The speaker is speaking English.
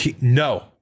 no